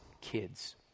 kids